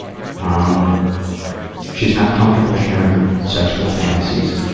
um she's not comfortable sharing her sexual fantasies.